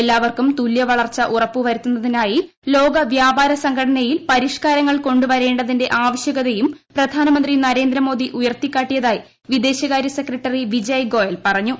എല്ലാവർക്കും തുല്യവളർച്ച ഉറപ്പുവരുത്തുന്നതിനായി ലോക വ്യാപാര സംഘടനയിൽ പരിഷ്ക്കാരങ്ങൾ കൊണ്ടുവരേണ്ടതിന്റെ ആവശ്യകതയും പ്രധാനമന്ത്രി നരേന്ദ്രമോദി ഉയർത്തിക്കാട്ടിയതായി വിദേശകാര്യ സെക്രട്ടറി വിജയ് ഗോയൽ പറഞ്ഞു